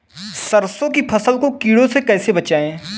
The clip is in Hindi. सरसों की फसल को कीड़ों से कैसे बचाएँ?